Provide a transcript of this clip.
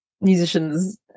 musicians